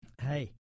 hey